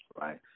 right